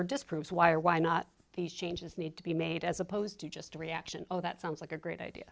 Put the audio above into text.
disproves why or why not these changes need to be made as opposed to just a reaction oh that sounds like a great idea